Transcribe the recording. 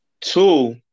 two